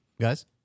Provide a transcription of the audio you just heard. Guys